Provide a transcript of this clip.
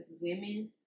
women